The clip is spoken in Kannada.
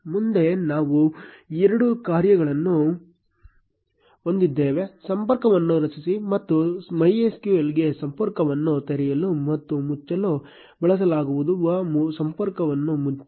ಮುಂದೆ ನಾವು ಎರಡು ಕಾರ್ಯಗಳನ್ನು ಹೊಂದಿದ್ದೇವೆ ಸಂಪರ್ಕವನ್ನು ರಚಿಸಿ ಮತ್ತು MySQL ಗೆ ಸಂಪರ್ಕವನ್ನು ತೆರೆಯಲು ಮತ್ತು ಮುಚ್ಚಲು ಬಳಸಲಾಗುವ ಸಂಪರ್ಕವನ್ನು ಮುಚ್ಚಿ